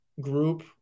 group